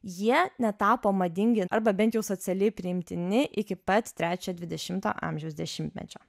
jie netapo madingi arba bent jau socialiai priimtini iki pat trečio dvidešimo amžiaus dešimtmečio